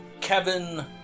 Kevin